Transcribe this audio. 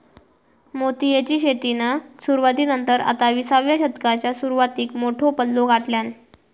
मोतीयेची शेतीन सुरवाती नंतर आता विसाव्या शतकाच्या सुरवातीक मोठो पल्लो गाठल्यान